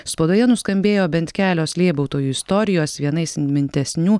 spaudoje nuskambėjo bent kelios lėbautojų istorijos viena įsimintesnių